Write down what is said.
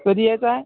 कधी यायचं आहे